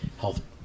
Health